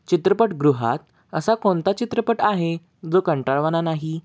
चित्रपटगृहात असा कोणता चित्रपट आहे जो कंटाळवाणा नाही